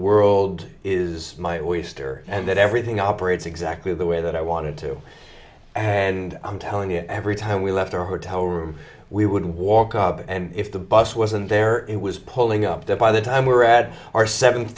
world is my oyster and that everything operates exactly the way that i wanted to i had and i'm telling you every time we left our hotel room we would walk up and if the bus wasn't there it was pulling up by the we're at our seventh